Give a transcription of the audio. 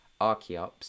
Archeops